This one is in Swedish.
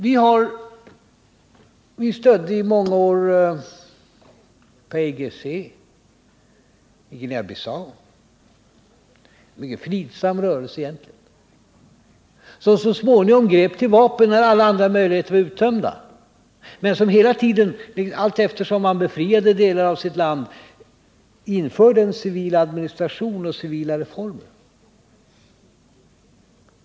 Vi stödde t.ex. i många år PAIGC i Guinea-Bissau. Det var egentligen en mycket fridsam rörelse, som så småningom grep till vapen när alla andra möjligheter var uttömda men som hela tiden allteftersom man befriade delar av sitt land införde en civil administration och civila reformer.